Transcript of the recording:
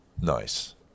Nice